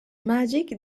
magic